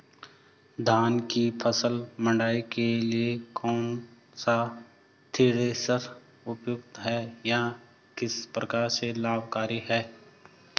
धान की फसल मड़ाई के लिए कौन सा थ्रेशर उपयुक्त है यह किस प्रकार से लाभकारी है?